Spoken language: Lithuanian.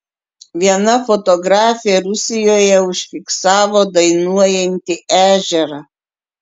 viena fotografė rusijoje užfiksavo dainuojantį ežerą